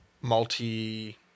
multi –